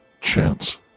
chance